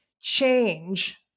change